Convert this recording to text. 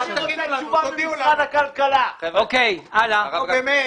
נו, באמת,